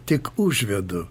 tik užvedu